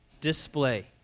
display